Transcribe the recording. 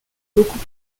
beaucoup